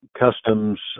customs